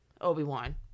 Obi-Wan